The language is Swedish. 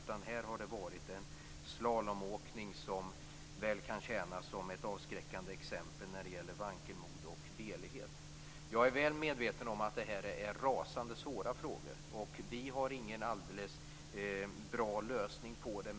Här har det varit en slalomåkning som väl kan tjäna som ett avskräckande exempel när det gäller vankelmod och velighet. Jag är väl medveten om att detta är rasande svåra frågor. Vi har ingen alldeles bra lösning på dem.